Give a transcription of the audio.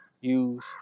use